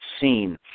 seen